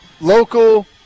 local